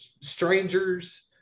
strangers